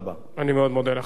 חבר הכנסת אברהים צרצור,